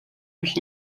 mich